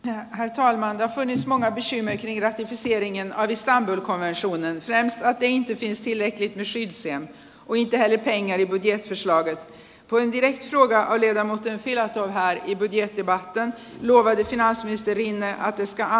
ja heti voimaan ja penismon esimies sievin ja naistaan kone osui näin saatiin esille kysymyksiä kuin kehä in ja ykn ja sisua kuin kivet joita on vielä muuten sillä että ai viettivät tai kehityssuunnan team finlandin kohdalla